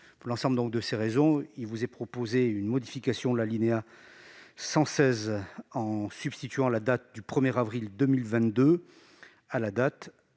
Pour l'ensemble de ces raisons, nous proposons une modification de l'alinéa 116 pour substituer à la date du 1avril 2022 la date